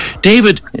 David